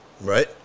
Right